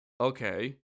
Okay